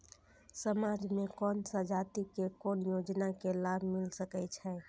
समाज में कोन सा जाति के कोन योजना के लाभ मिल सके छै?